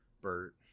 Bert